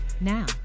now